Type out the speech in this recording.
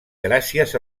gràcies